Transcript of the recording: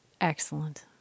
Excellent